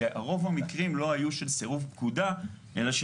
כשרוב המקרים לא היו של סירוב פקודה אלא של